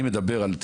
כי את מדברת על מקרי